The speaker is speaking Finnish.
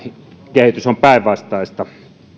kehitys on päinvastaista